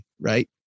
right